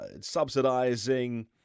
subsidizing